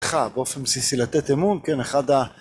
חג אופן בסיסי לתת אמון כן אחד ה.